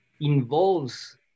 involves